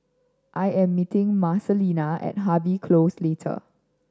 I am meeting Marcelina at Harvey Close